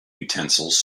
utensils